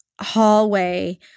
hallway